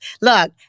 Look